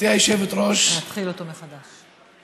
ונתחיל אותו מחדש.